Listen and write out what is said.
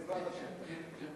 בעזרת השם.